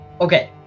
Okay